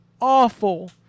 awful